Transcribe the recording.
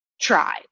tried